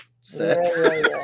set